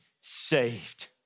saved